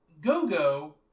Gogo